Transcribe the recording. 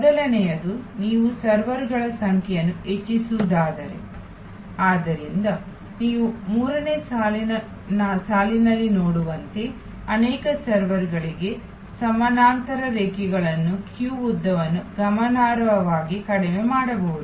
ಮೊದಲನೆಯದು ನೀವು ಸರ್ವರ್ಗಳ ಸಂಖ್ಯೆಯನ್ನು ಹೆಚ್ಚಿಸಬಹುದಾದರೆ ಆದ್ದರಿಂದ ನೀವು ಮೂರನೇ ಸಾಲಿನಲ್ಲಿ ನೋಡುವಂತೆ ಅನೇಕ ಸರ್ವರ್ಗಳಿಗೆ ಸಮಾನಾಂತರ ರೇಖೆಗಳನ್ನು ಸರದಿ ಉದ್ದವನ್ನು ಗಮನಾರ್ಹವಾಗಿ ಕಡಿಮೆ ಮಾಡಬಹುದು